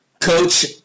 Coach